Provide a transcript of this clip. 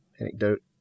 anecdote